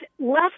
left